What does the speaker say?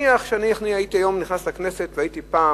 נניח שאני הייתי היום נכנס לכנסת והייתי פעם